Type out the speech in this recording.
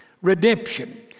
redemption